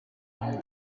handi